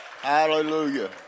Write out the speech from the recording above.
hallelujah